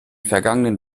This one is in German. vergangenen